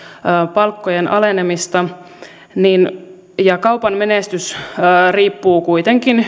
palkkojen alenemista ja kaupan menestys riippuu kuitenkin